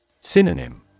Synonym